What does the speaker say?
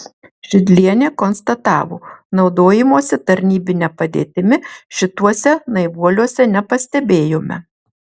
šidlienė konstatavo naudojimosi tarnybine padėtimi šituose naivuoliuose nepastebėjome